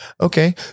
Okay